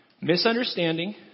misunderstanding